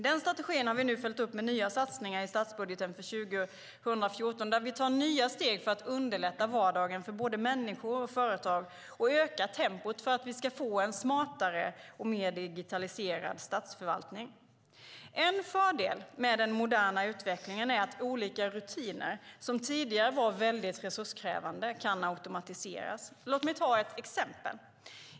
Den strategin har vi nu följt upp med nya satsningar i statsbudgeten för 2014 där vi tar nya steg för att underlätta vardagen för både människor och företag och öka tempot för att vi ska få en smartare och mer digitaliserad statsförvaltning. En fördel med den moderna utvecklingen är att olika rutiner som tidigare var väldigt resurskrävande kan automatiseras. Låt mig ta ett exempel.